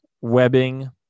webbing